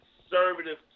conservative